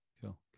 cool